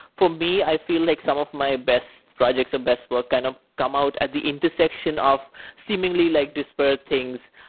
for me, i feel like some of my best projects or best work kind of come out at the intersection of seemingly like disparate things,